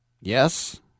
yes